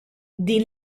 din